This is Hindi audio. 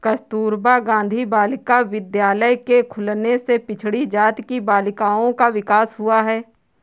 कस्तूरबा गाँधी बालिका विद्यालय के खुलने से पिछड़ी जाति की बालिकाओं का विकास हुआ है